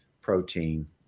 protein